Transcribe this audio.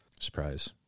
Surprise